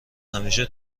همیشه